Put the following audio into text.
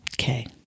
Okay